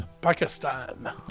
pakistan